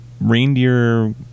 reindeer